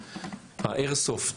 ה"איירסופט",